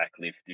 backlift